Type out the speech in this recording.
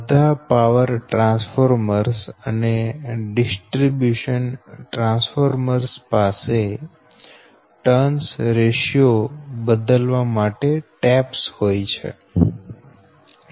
બધા power transformers અને distribution transformers પાસે ટર્ન્સ રેશિયો બદલવા માટે ટેપ્સ હોય છે